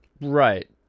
Right